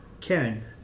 Karen